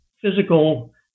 physical